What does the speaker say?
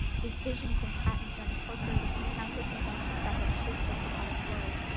his visions and patents are incorporated into countless inventions that have shaped this modern world,